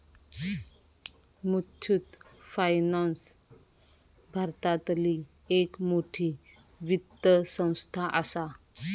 Muthoot finance भारतातली एक मोठी वित्त संस्था आसा